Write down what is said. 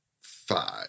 five